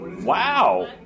Wow